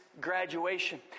graduation